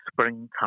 springtime